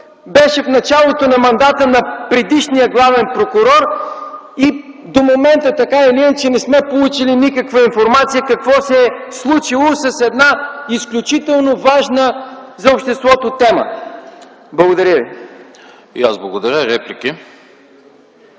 беше в началото на мандата на предишния главен прокурор и до момента така или иначе не сме получили никаква информация какво се е случило с една изключително важна за обществото тема. Благодаря ви. ПРЕДСЕДАТЕЛ АНАСТАС